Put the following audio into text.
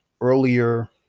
earlier